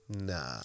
Nah